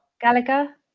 Gallagher